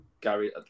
Gary